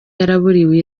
yaraburiwe